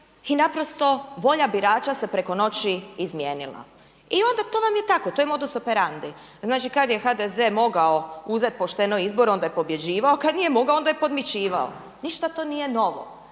i naprosto volja birača se preko noći izmijenila. I onda to vam je tako to je modus operandi, znači kada je HDZ mogao uzeti pošteno izbore on je pobjeđivao kada nije mogao onda je podmićivao, ništa to nije novo.